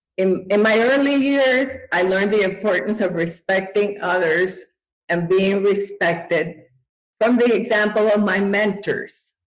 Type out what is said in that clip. in in my early years i learn the importance of respecting others and being respected from the example of my mentors,